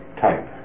type